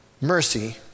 Mercy